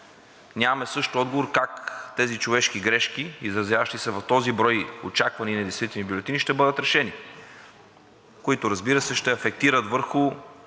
Няма също отговор как тези човешки грешки, изразяващи се в този брой очаквания за недействителни бюлетини, ще бъдат решени, които, разбира се, ще рефлектират върху